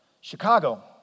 Chicago